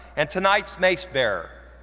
and tonight's mace-bearer.